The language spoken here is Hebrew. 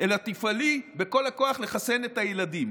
אלא תפעלי בכל הכוח לחסן את הילדים.